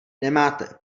nemáte